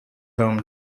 home